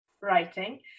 writing